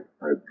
right